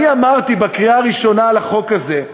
אני אמרתי, בקריאה הראשונה על החוק הזה,